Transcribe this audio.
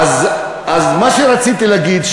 אז מה שרציתי להגיד,